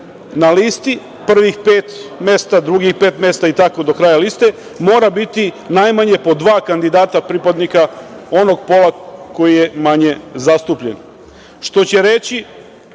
na listi, prvih pet mesta, drugih pet mesta i tako do kraja liste mora biti najmanje po dva kandidata pripadnika onog pola koji je manje zastupljen, što će reći